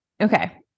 Okay